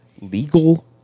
legal